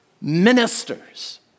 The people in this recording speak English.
ministers